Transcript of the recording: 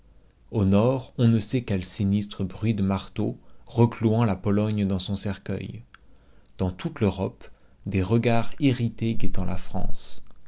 au nord on ne sait quel sinistre bruit de marteau reclouant la pologne dans son cercueil dans toute l'europe des regards irrités guettant la france